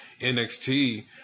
NXT